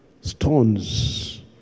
stones